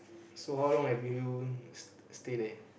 so how long have you s~ stay there